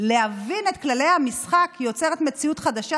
להבין את כללי המשחק, יוצרות מציאות חדשה.